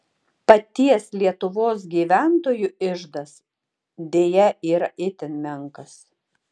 paties lietuvos gyventojų iždas deja yra itin menkas